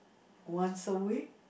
once a week